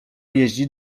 jeździ